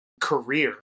career